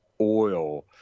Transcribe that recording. oil